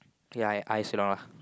yeah I I also now ah